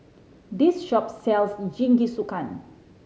this shop sells Jingisukan